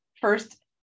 first